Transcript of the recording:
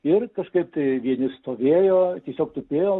ir kažkaip tai vieni stovėjo tiesiog tupėjo